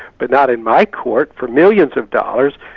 but not in my court for millions of dollars.